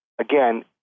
Again